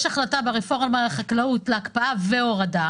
יש החלטה ברפורמת החקלאות להקפאה והורדה